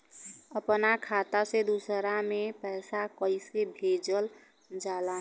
अपना खाता से दूसरा में पैसा कईसे भेजल जाला?